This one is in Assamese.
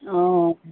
অঁ